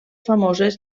famoses